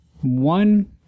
one